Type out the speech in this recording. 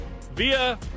via